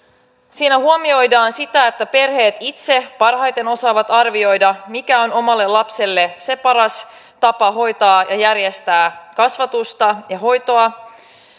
siinä huomioidaan sitä että perheet itse parhaiten osaavat arvioida mikä on omalle lapselle paras tapa hoitaa ja järjestää kasvatusta ja hoitoa